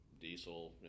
diesel